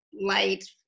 light